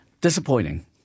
Disappointing